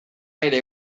aire